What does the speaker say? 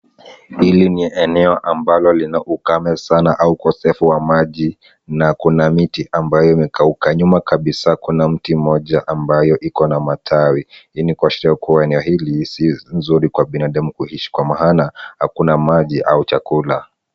Hili ni eneo ambalo lina ukame sana au ukosefu wa maji na kuna miti ambayo imekauka. Nyuma kabisa kuna mti moja ambayo ikona matawi hii ni kuashiria kwamba eneo hili si nzuri kwa binadamu kuishi kwa maana, hakuna maji au chakula.